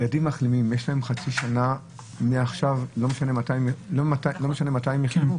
יש להם חצי שנה מעכשיו, לא משנה מתי הם החלימו?